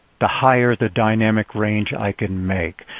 the higher the dynamic range i can make,